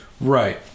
Right